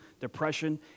depression